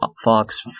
Fox